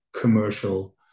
commercial